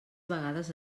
vegades